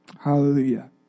Hallelujah